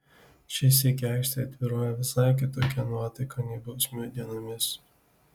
šį sykį aikštėje tvyrojo visai kitokia nuotaika nei bausmių dienomis